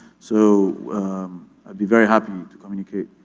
so i'd be very happy to communicate.